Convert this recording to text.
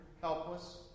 Helpless